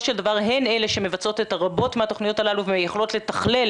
של דבר הן אלה שמבצעות רבות מהתוכניות הללו ויכולות לתכלל